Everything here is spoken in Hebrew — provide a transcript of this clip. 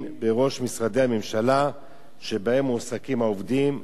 בראש משרדי הממשלה שבהם מועסקים העובדים.